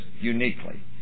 uniquely